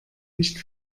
nicht